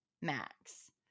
Max